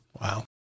Wow